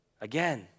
Again